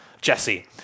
Jesse